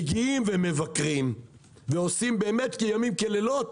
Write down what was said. מגיעים ומבקרים ועושים לילות